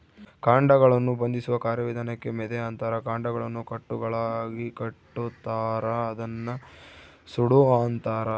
ಕಾಂಡಗಳನ್ನು ಬಂಧಿಸುವ ಕಾರ್ಯವಿಧಾನಕ್ಕೆ ಮೆದೆ ಅಂತಾರ ಕಾಂಡಗಳನ್ನು ಕಟ್ಟುಗಳಾಗಿಕಟ್ಟುತಾರ ಅದನ್ನ ಸೂಡು ಅಂತಾರ